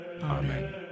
Amen